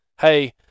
hey